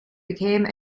became